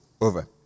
over